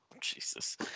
Jesus